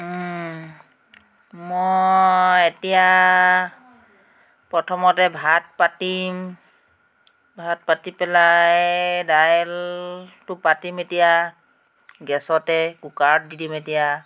মই এতিয়া প্ৰথমতে ভাত পাতিম ভাত পাতি পেলাই দাইলটো পাতিম এতিয়া গেছতে কুকাৰত দি দিম এতিয়া